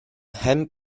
mhen